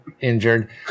injured